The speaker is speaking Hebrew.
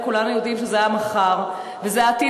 וכולנו יודעים שזה המחר וזה העתיד